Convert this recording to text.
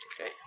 Okay